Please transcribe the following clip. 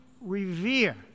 revere